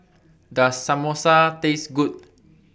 Does Samosa Taste Good